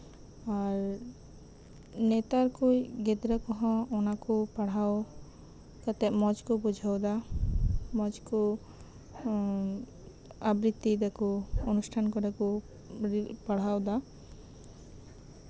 ᱟᱨ ᱱᱮᱛᱟᱨ ᱠᱚᱡ ᱜᱤᱫᱽᱨᱟᱹ ᱠᱚᱸᱦᱚ ᱚᱱᱟ ᱠᱚ ᱯᱟᱲᱦᱟᱣ ᱠᱟᱛᱮᱫ ᱢᱚᱸᱡᱽ ᱠᱚ ᱵᱩᱡᱷᱟᱹᱣ ᱮᱫᱟ ᱢᱚᱸᱡᱽ ᱠᱚ ᱟᱵᱨᱤᱛᱛᱤ ᱮᱫᱟᱠᱚ ᱚᱱᱩᱥᱴᱷᱟᱱ ᱠᱚᱨᱮ ᱠᱚ ᱯᱟᱲᱦᱟᱣ ᱮᱫᱟ